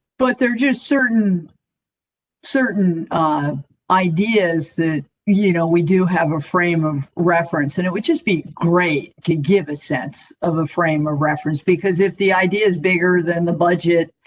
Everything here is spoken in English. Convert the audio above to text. but they're just certain certain um ideas that you know we do, have a frame of reference. and it would just be great to give a sense of a frame of reference. because if the idea is bigger than the budget,